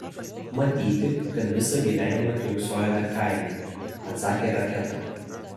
matyti kad visą gyvenimą kiurksojote kaime atsakė raketa